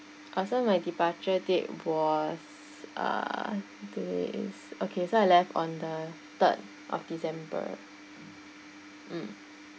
also my departure date was uh this okay so I left on the third of december mm